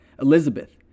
Elizabeth